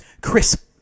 crisp